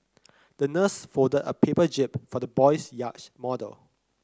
the nurse folded a paper jib for the boy's yacht model